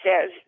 says